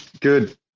Good